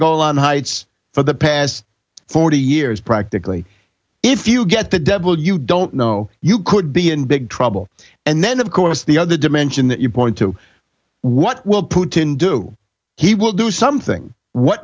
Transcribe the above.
golan heights for the past forty years practically if you get the devil you don't know you could be in big trouble and then of course the other dimension that you point to what will putin do he will do something what